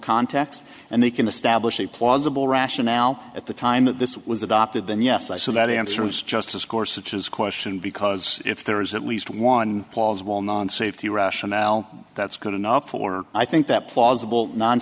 context and they can establish a plausible rationale at the time that this was adopted then yes i saw that answer was just to score such as question because if there is at least one plausible non safety rationale that's good enough or i think that